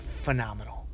phenomenal